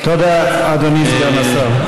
אבל אדוני, תודה, אדוני סגן השר.